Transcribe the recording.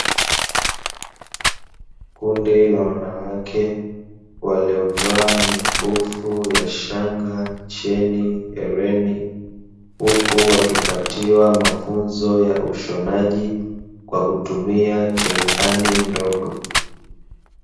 Kundi la wanawake waliovaa mikufu ya shanga, cheni, hereni, huku wakipatiwa mafunzo ya ushonaji kwa kutumia cherehani ndogo.